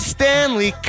Stanley